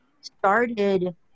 started